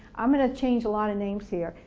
i'm going to change a lot of names here,